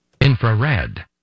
Infrared